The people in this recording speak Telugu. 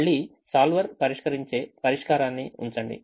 మళ్ళీ solver పరిష్కరించే పరిష్కారాన్ని ఉంచండి